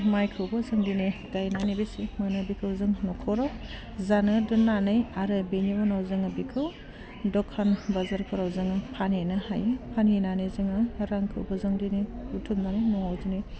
माइखौबो जों दिनै गायनानै बेसं मोनो बेखौ जों नख'राव जानो दोननानै आरो बिनि उनाव जोङो बेखौ दखान बाजारफ्राव जोङो फानहैनो हायो फानहैनानै जोङो रांखौबो जों दिनै बुथुमनानै न'वाव दिनै